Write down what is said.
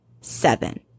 seven